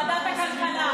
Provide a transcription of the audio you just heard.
ועדת הכלכלה.